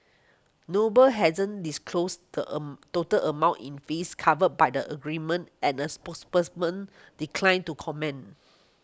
Noble hasn't disclosed the a total amount in fees covered by the agreement and a spokesperson man declined to comment